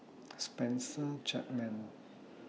Spencer Chapman